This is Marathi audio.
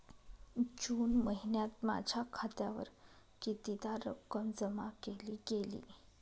जून महिन्यात माझ्या खात्यावर कितीदा रक्कम जमा केली गेली?